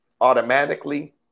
automatically